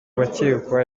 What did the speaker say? bakekwa